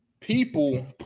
People